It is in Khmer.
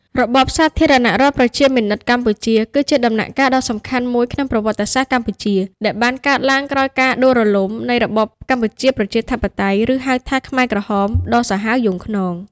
របបសាធារណរដ្ឋប្រជាមានិតកម្ពុជា គឺជាដំណាក់កាលដ៏សំខាន់មួយក្នុងប្រវត្តិសាស្ត្រកម្ពុជា ដែលបានកើតឡើងក្រោយការដួលរលំនៃរបបកម្ពុជាប្រជាធិបតេយ្យ ឬ ហៅថាខ្មែរក្រហម ដ៏សាហាវយង់ឃ្នង។